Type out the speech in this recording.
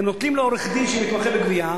הם נותנים לעורך-דין שמתמחה בגבייה,